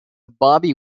bobbie